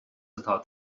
atá